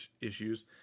issues